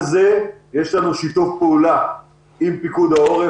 על זה יש לנו שיתוף פעולה עם פיקוד העורף.